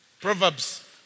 Proverbs